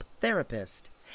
therapist